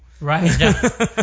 Right